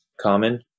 common